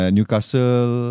Newcastle